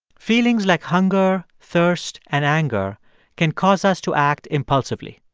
feelings like hunger, thirst and anger can cause us to act impulsively.